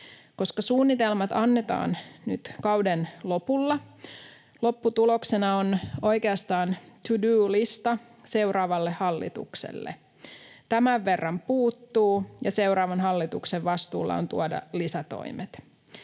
Koska suunnitelmat annetaan nyt kauden lopulla, lopputuloksena on oikeastaan to do ‑lista seuraavalle hallitukselle — tämän verran puuttuu, ja seuraavan hallituksen vastuulla on tuoda lisätoimet.